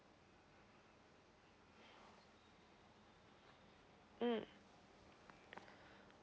mm